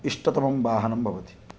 इष्टतमं वाहनं भवति